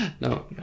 No